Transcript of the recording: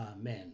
Amen